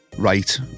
Right